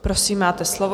Prosím, máte slovo.